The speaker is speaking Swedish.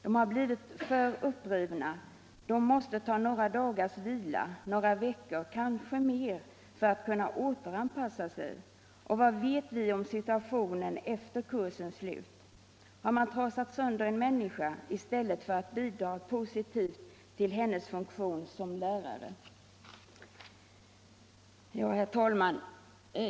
De har blivit för upprivna, de måste ta några dagars vila, några veckor, kanske mer, för att kunna återanpassa sig. Och vad vet vi om situationen efter kursens slut? Har man trasat sönder en människa i stället för att bidra positivt till hennes funktion som lärare?” Herr talman!